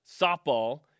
softball